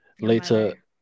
Later